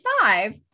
five